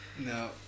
No